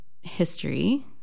history